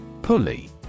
Pulley